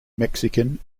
mexican